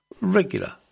regular